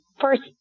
first